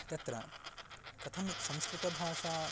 तत्र कथम् इति संस्कृतभाषा